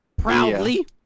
Proudly